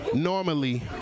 normally